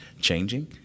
changing